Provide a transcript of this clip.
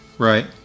Right